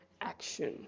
action